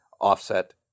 offset